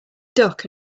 duck